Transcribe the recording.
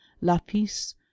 Lapis